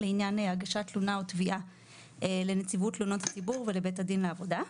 לעניין הגשת תלונה או תביעה לנציבות תלונות הציבור ולבית הדין לעבודה.